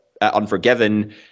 Unforgiven